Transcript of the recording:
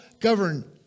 govern